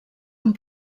amb